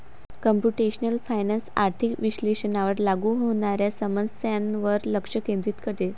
computational finance आर्थिक विश्लेषणावर लागू होणाऱ्या समस्यांवर लक्ष केंद्रित करते